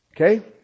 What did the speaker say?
Okay